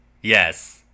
Yes